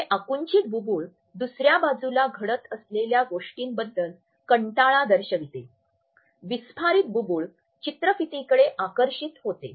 हे आकुंचित बुबुळ दुसर्या बाजूला घडत असलेल्या गोष्टींबद्दल कंटाळा दर्शवितो विस्फारित बुबुळ चित्रफीतीकडे आकर्षित होतो